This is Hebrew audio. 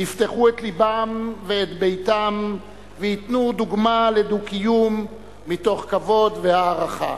יפתחו את לבם ואת ביתם וייתנו דוגמה לדו-קיום מתוך כבוד והערכה.